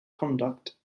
conduct